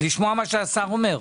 נשמע מה השר אומר.